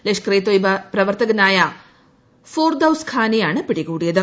ലഷ്കർ ഇ തൊയ്ബ പ്രവർത്തകനായ ഫൊർദൌസ് ഖാനെയാണ് പിടികൂടിയത്